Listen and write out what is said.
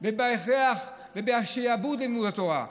ובהכרח ובשעבוד ללימוד התורה.